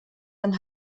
dann